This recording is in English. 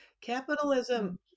capitalism